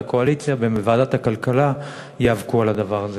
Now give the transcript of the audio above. הקואליציה בוועדת הכלכלה ייאבקו על הדבר הזה.